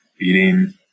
eating